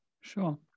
Sure